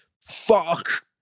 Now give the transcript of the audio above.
Fuck